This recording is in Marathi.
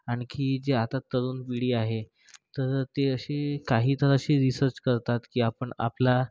आणखी जे आता तरुण पिढी आहे तर ती अशी काही तर अशी रिसर्च करतात की आपण आपला